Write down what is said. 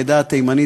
העדה התימנית,